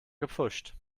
gepfuscht